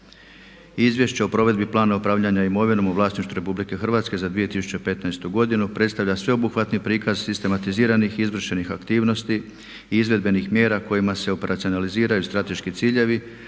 Izvješće o provedbi plana upravljanja imovinom u vlasništvu RH za 2015. godinu predstavlja sveobuhvatni prikaz sistematiziranih, izvršenih aktivnosti i izvedbenih mjera kojima se operacionaliziraju strateški ciljevi